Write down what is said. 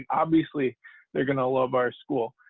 obviously they're going to love our school.